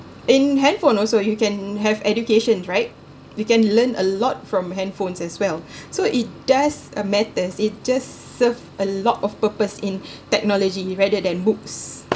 in handphone also you can have educations right we can learn a lot from handphones as well so it does uh matters it just serve a lot of purpose in technology rather than books